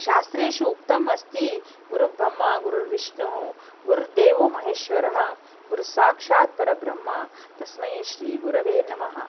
शास्त्रेषु उक्तम् अस्ति गुरुब्रह्मा गुरुः विष्णुः गुरुर्देवो महेश्वरः गुरुस्साक्षात् परब्रह्मः तस्मै श्रीगुरवे नमः